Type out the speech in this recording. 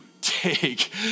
take